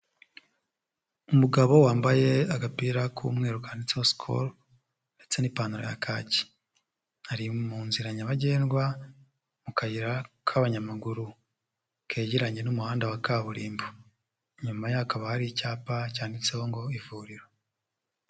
Umugabo wambaye agapira k'umweru kanditseho Skol ndetse n'ipantaro ya kaki, ari mu nzira nyabagendwa mu kayira k'abanyamaguru kegeranye n'umuhanda wa kaburimbo. Inyuma ye hakaba hari icyapa cyanditseho ngo ivuriro.